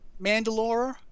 Mandalore